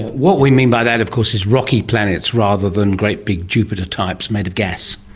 what we mean by that of course is rocky planets rather than great big jupiter types made of gas.